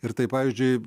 ir tai pavyzdžiui